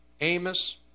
Amos